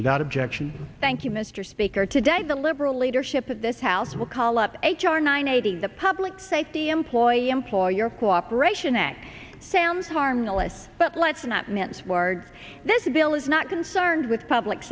without objection thank you mr speaker today the liberal leadership at this house will call up h r nine eighty the public safety employee employer cooperation act sounds harmless but let's not mince words this bill is not concerned with public